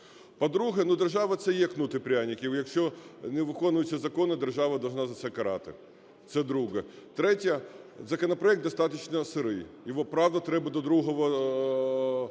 По-друге, держава – це є кнут і пряник. І якщо не виконуються закони, держава повинна за це карати, це друге. Третій законопроект достатньо "сирий", його правда треба до другого